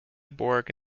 borg